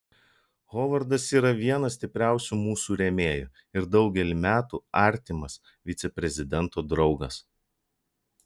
hovardas yra vienas stipriausių mūsų rėmėjų ir daugelį metų artimas viceprezidento draugas